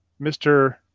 Mr